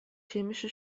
chemische